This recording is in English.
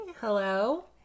Hello